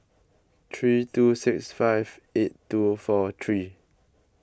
three two six five eight two four three